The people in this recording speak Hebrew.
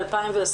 ל-2020,